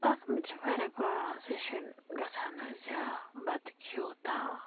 اَتھ منٛز چھِ واریاہ پرونَوسیشَن گژھان حظ یا بَتہٕ کھیٚوتھا